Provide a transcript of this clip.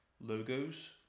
logos